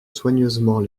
soigneusement